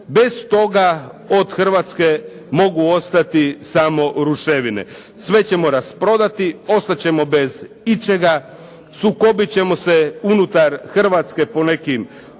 Bez toga od Hrvatske mogu ostati samo ruševine. Sve ćemo rasprodati, ostat ćemo bez ičega, sukobit ćemo se unutar Hrvatske po nekim grupama,